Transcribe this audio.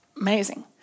amazing